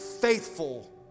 faithful